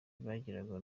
bagiraga